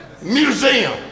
Museum